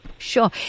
Sure